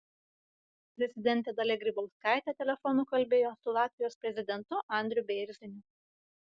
prezidentė dalia grybauskaitė telefonu kalbėjo su latvijos prezidentu andriu bėrziniu